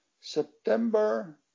September